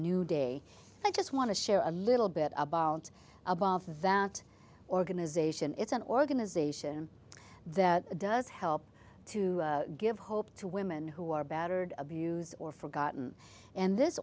new day i just want to share a little bit about that organization it's an organization that does help to give hope to women who are battered abused or forgotten and this